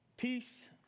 Peace